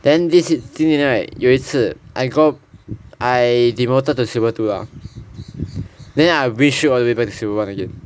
then this is 今年 right 有一次 I go I demoted to silver two ah then I wish all the way back to silver one again